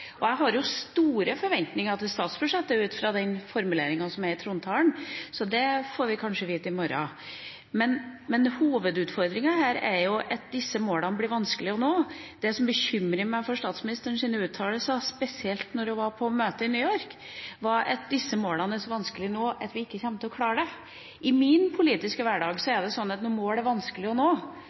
Og jeg har store forventninger til statsbudsjettet ut fra den formuleringa som er i trontalen, så det får vi kanskje vite i morgen. Hovedutfordringa er jo at disse målene blir vanskelige å nå. Det som bekymrer meg ut fra statsministerens uttalelser, spesielt da hun var på møte i New York, er at disse målene er så vanskelige å nå at vi ikke kommer til å klare det. I min politiske hverdag er det sånn at når mål er vanskelige å nå,